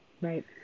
Right